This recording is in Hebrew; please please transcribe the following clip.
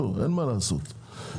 אין מה לעשות, אנחנו נשנה אותו.